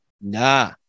Nah